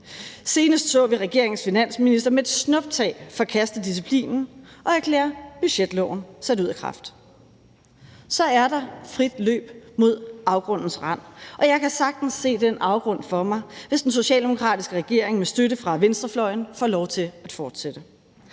Senest så vi regeringens finansminister med et snuptag forkaste disciplinen og erklære budgetloven sat ud af kraft. Så er der frit løb mod afgrundens rand, og jeg kan sagtens se den afgrund for mig, hvis den socialdemokratiske regering med støtte fra venstrefløjen får lov til at fortsætte.